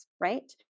right